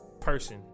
person